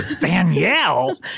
Danielle